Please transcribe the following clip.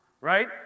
right